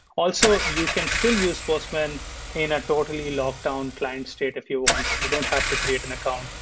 also, you can still use postman in a totally locked down client state if you want. you don't have to create an account.